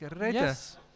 Yes